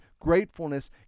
gratefulness